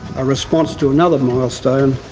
a response to another milestone,